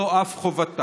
זו אף חובתה.